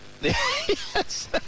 Yes